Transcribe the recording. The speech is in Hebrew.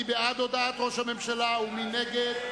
מי בעד הודעת ראש הממשלה ומי נגד?